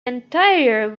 entire